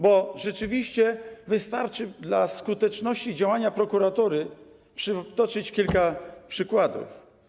Bo rzeczywiście wystarczy, dla potwierdzenia skuteczności działania prokuratury, przytoczyć kilka przykładów.